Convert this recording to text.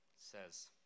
says